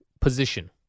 position